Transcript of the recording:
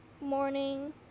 morning